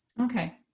Okay